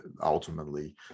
ultimately